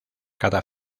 cada